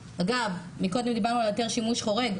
אגב, מקודם דיברנו על היתר שימוש חורג.